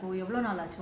okay okay